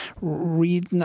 read